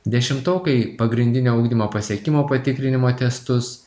dešimtokai pagrindinio ugdymo pasiekimo patikrinimo testus